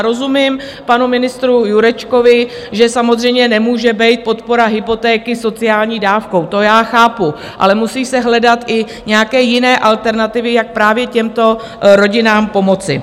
Rozumím panu ministru Jurečkovi, že samozřejmě nemůže být podpora hypotéky sociální dávkou, to já chápu, ale musí se hledat i nějaké jiné alternativy, jak právě těmto rodinám pomoci.